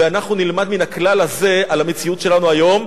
ואנחנו נלמד מן הכלל על המציאות שלנו היום.